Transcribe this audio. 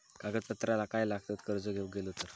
कागदपत्रा काय लागतत कर्ज घेऊक गेलो तर?